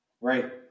right